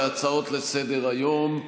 להצעות לסדר-היום.